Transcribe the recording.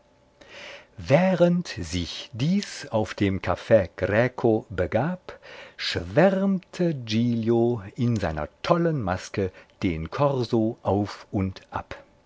während sich dies auf dem caff greco begab schwärmte giglio in seiner tollen maske den korso auf und ab